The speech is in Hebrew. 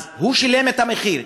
אז הוא שילם את המחיר.